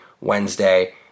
Wednesday